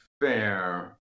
fair